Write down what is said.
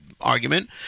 Argument